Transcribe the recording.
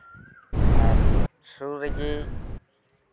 ᱟᱨ ᱥᱩᱨ ᱨᱮᱜᱮ